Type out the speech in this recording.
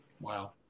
Wow